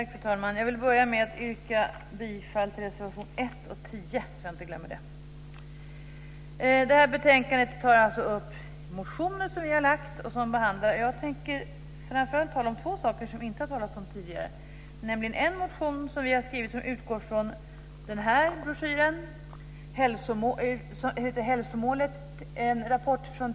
Fru talman! Jag vill börja med att yrka bifall till reservationerna 1 och 10, så att jag inte glömmer det. Det här betänkandet tar upp motioner som vi har lagt. Jag tänker framför allt tala om två saker som det inte har talats om tidigare. Det ena är en motion som vi har skrivit som utgår från den broschyr som jag här håller upp för kammarens ledamöter.